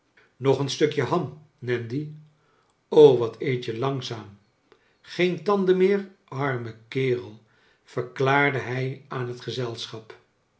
nog een stukje ham nandy o wat eet je langzaam g-een tanden meer arme kerel verklaarde hij aan het gezelschap